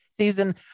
Season